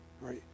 right